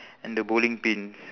and the bowling pins